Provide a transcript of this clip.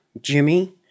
Jimmy